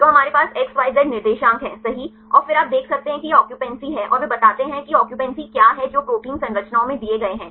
तो हमारे पास XYZ निर्देशांक है सही और फिर आप देख सकते हैं कि यह ऑक्यूपेंसी है और वे बताते हैं कि ऑक्यूपेंसी क्या है जो प्रोटीन संरचना में दिए गए हैं